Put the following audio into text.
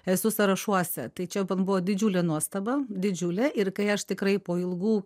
esu sąrašuose tai čia man buvo didžiulė nuostaba didžiulė ir kai aš tikrai po ilgų